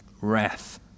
wrath